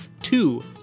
two